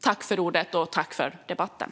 Tack för ordet, och tack för debatten!